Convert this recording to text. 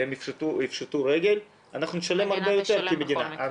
והם יפשטו רגל, אנחנו נשלם הרבה יותר כמדינה.